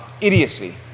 Idiocy